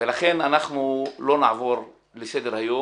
ולכן אנחנו לא נעבור לסדר-היום.